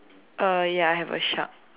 uh ya I have a shark